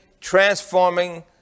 transforming